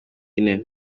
ine